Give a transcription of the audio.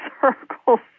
circles